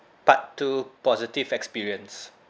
part two positive experience